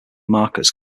markers